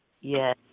Yes